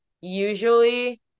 usually